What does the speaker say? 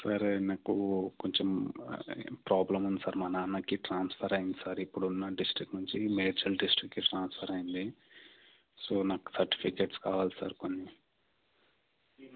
sir నాకు కొంచెం problem ఉంది సార్ మా నాన్నకి ట్రాన్స్ఫర్ అయ్యింది సార్ ఇప్పుడున్న డిస్ట్రిక్ నుంచి మేడ్చల్ డిస్ట్రిక్కి ట్రాన్స్ఫర్ అయ్యింది సో నాకు సర్టిఫికేట్స్ కావాలి సార్ కొన్ని